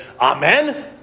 amen